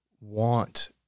want